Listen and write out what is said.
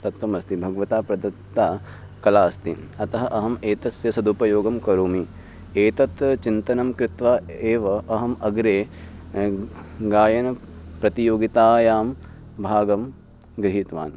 दत्तम् अस्ति भगवता प्रदत्ता कला अस्ति अतः अहम् एतस्य सदुपयोगं करोमि एतत् चिन्तनं कृत्वा एव अहम् अग्रे गायनं प्रतियोगितायां भागं गृहीतवान्